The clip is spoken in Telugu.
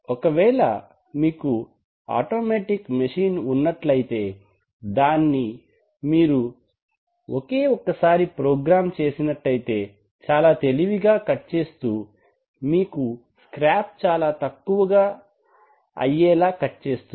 ఒకవేళ మీకు ఆటోమేటిక్ మెషిన్ ఉన్నట్లయితే దాన్ని మీరు ఒకే ఒకసారి ప్రోగ్రామ్ చేసినట్లయితే చాలా తెలివిగా కట్ చేస్తూ మీకు స్క్రాప్ చాలా తక్కువగా అయ్యేలా కట్ చేస్తుంది